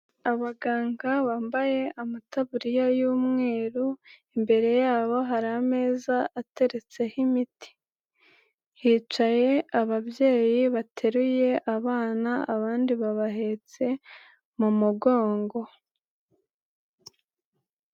Abaganga bambaye amatabuririya y'umweru, imbere yabo hari ameza ateretseho imiti, hicaye ababyeyi bateruye abana, abandi babahetse mu mugongo.